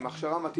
עם הכשרה מתאימה,